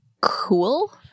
cool